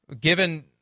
given